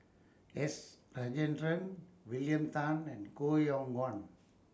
S Rajendran William Tan and Koh Yong Guan